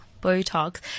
Botox